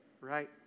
right